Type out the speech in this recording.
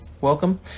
welcome